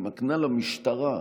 היא מקנה למשטרה,